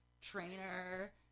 trainer